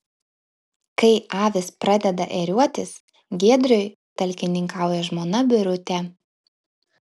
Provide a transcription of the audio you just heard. kai avys pradeda ėriuotis giedriui talkininkauja žmona birutė